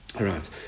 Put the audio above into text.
Right